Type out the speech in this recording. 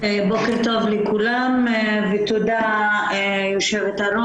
בוקר טוב לכולם ותודה יו"ר,